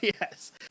Yes